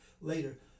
later